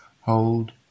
Hold